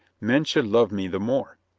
men should love me the more.